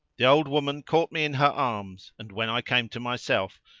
the old woman caught me in her arms and, when i came to myself,